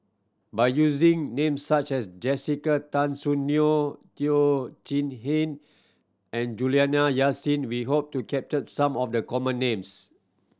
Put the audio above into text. by using names such as Jessica Tan Soon Neo Teo Chee Hean and Juliana Yasin we hope to capture some of the common names